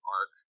Arc